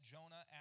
Jonah